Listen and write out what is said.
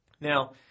Now